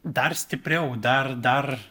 dar stipriau dar dar